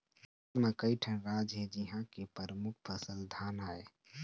भारत म कइठन राज हे जिंहा के परमुख फसल धान आय